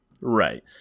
Right